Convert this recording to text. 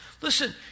Listen